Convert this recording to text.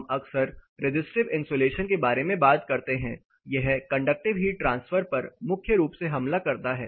हम अक्सर resistive insulation के बारे में बात करते हैं यह कंडक्टिव हीट ट्रांसफर पर मुख्य रूप से हमला करता है